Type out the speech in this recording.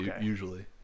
Usually